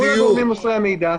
מול הגורמים מוסרי המידע,